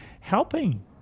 helping